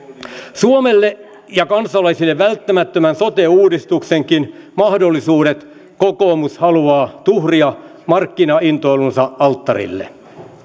suomelle ja kansalaisille välttämättömän sote uudistuksenkin mahdollisuudet kokoomus haluaa tuhria markkinaintoilunsa alttarille